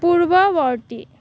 পূৰ্বৱৰ্তী